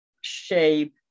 shape